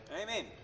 Amen